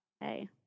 hey